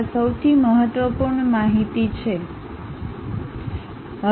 આ સૌથી મહત્વપૂર્ણ માહિતી છે